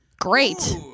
Great